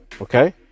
Okay